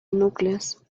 núcleos